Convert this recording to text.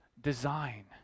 design